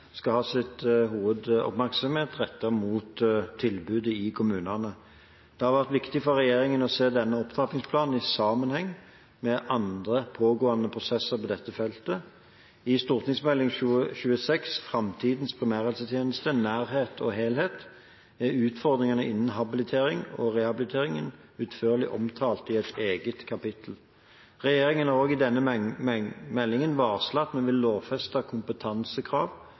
skal ha sin hovedoppmerksomhet rettet mot tilbudet i kommunene. Det har vært viktig for regjeringen å se denne opptrappingsplanen i sammenheng med andre pågående prosesser på dette feltet. I Meld. St. 26 for 2014–2015, Fremtidens primærhelsetjeneste – nærhet og helhet, er utfordringene innen habilitering og rehabilitering utførlig omtalt i et eget kapittel. Regjeringen har også i denne meldingen varslet at vi vil lovfeste kompetansekrav